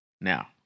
Now